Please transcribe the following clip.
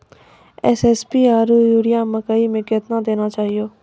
SSP आरु urea मकई मे कितना देना चाहिए?